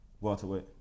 welterweight